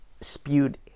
spewed